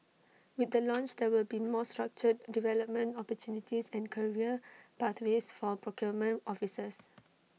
with the launch there will be more structured development opportunities and career pathways for procurement officers